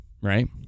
right